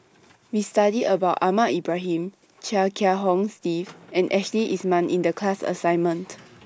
We studied about Ahmad Ibrahim Chia Kiah Hong Steve and Ashley Isham in The class assignment